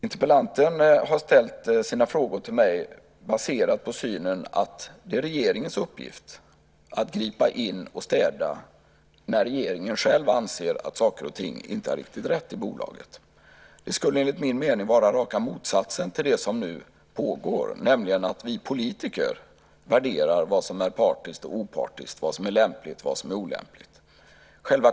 Interpellanten har ställt sina frågor till mig baserat på synen att det är regeringens uppgift att gripa in och städa när regeringen själv anser att saker och ting inte är riktigt rätt i bolaget. Det skulle enligt min mening vara raka motsatsen till det som nu pågår, nämligen att vi politiker värderar vad som är partiskt och opartiskt, vad som är lämpligt och olämpligt.